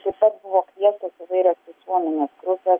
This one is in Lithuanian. tiesa buvo kviestos įvairios visuomenės grupės